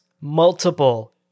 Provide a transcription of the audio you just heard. multiple